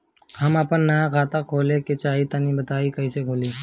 हम आपन नया खाता खोले के चाह तानि कइसे खुलि?